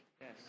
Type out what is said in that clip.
Yes